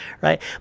right